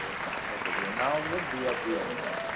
so सात okay okay नांव किदें दिया दिया न्हू हय